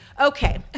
okay